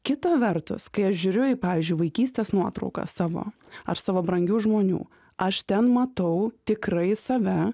kita vertus kai aš žiūriu į pavyzdžiui vaikystės nuotraukas savo ar savo brangių žmonių aš ten matau tikrai save